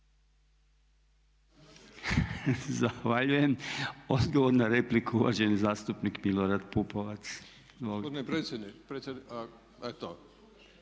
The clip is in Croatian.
Zahvaljujem. Odgovor na repliku, uvaženi zastupnik gospodin